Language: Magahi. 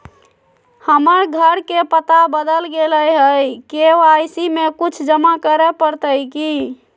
हमर घर के पता बदल गेलई हई, के.वाई.सी में कुछ जमा करे पड़तई की?